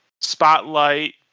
spotlight